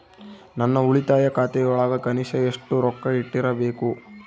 ನನ್ನ ಉಳಿತಾಯ ಖಾತೆಯೊಳಗ ಕನಿಷ್ಟ ಎಷ್ಟು ರೊಕ್ಕ ಇಟ್ಟಿರಬೇಕು?